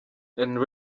and